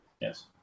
Yes